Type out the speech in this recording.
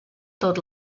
tot